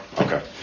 Okay